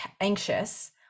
anxious